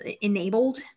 enabled